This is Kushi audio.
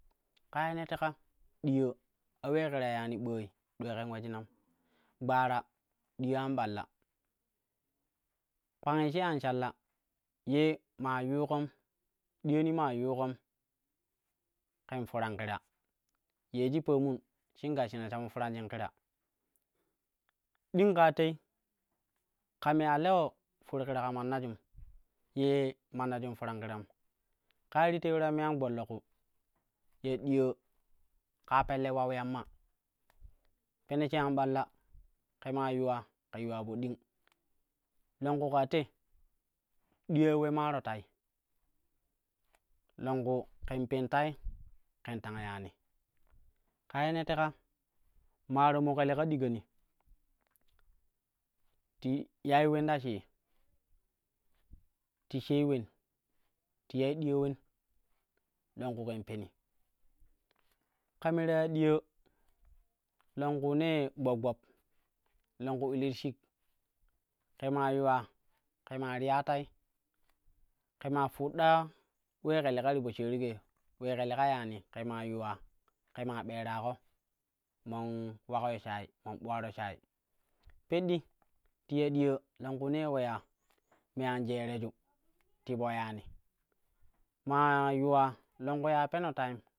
Ƙa ye ne teka diyaa a ulee ke ta yani ɓooi dulai ken mejinam gbara diya anɓulla, koangi she an shalla ye maa yuukon, diyani maa yuukon ken foran kira ye shi paamu, shim gashshina sha mo faramjin kira ding ƙaa tei, ka ma a lewo for kira ka mannajum, ye mannajum karan kiram ka ye ti twei ta me an gbollo ƙu, ya diya ƙaa pelle ulau yamma, pone she an ɓella ƙe maa yuwa ƙe yuuwa po ding, longku ƙaa te diyai ale maaro tai langku ken pen tai ƙen tang yani ka ye ne teka, maaro mo ƙe leƙa digani ti yai ulen ta shii ti shi ulen ti yai diyaa ulen longku ƙen peni ka me ta ya diyaa long kuuna gbob gbob, longku ilit shik, ƙe maa yuwa ke maa riya tai, ƙe maa fuɗɗa ulee ƙe leka ti poshaarikai, ulee ƙa leka zanii ke maa yuwa ƙe maa ɓeeraƙo man ulakyo shayi, man ɓularo shayi peddi ti ya dinyaa longkuunee uleya me anjereju te po yani, maa yuwa longku a peno terim.